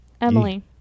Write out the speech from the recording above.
Emily